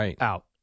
out